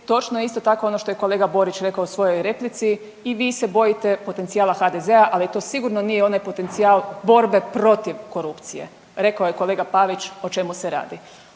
Točno je isto tako, kao što je kolega Borić rekao u svojoj replici, i vi se bojite potencijala HDZ-a, ali to sigurno nije onaj potencijal borbe protiv korupcije. Rekao je kolega Pavić o čemu se radi.